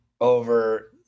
over